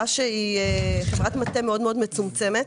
חברת מטה מאוד מצומצמת.